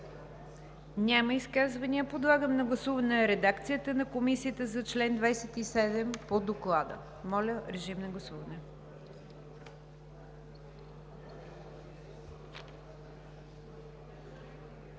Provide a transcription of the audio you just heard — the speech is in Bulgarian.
Няма изказвания. Подлагам на гласуване редакцията на Комисията за чл. 27 по Доклада. Гласували